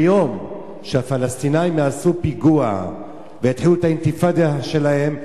ביום שהפלסטינים יעשו פיגוע ויתחילו את האינתיפאדה שלהם,